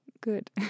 Good